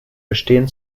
bestehen